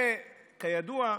כידוע,